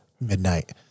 Midnight